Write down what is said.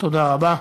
תודה רבה.